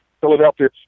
Philadelphia